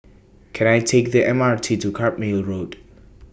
Can I Take The M R T to Carpmael Road